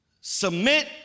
Submit